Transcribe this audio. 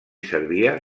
servia